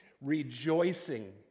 rejoicing